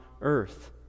earth